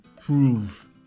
prove